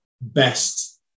best